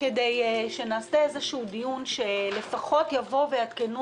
כדי שנעשה איזשהו דיון שלפחות יבואו ויעדכנו